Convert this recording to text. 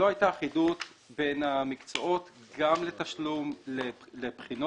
לא הייתה אחידות בין המקצועות, גם בתשלום לבחינות